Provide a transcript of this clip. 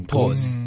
Pause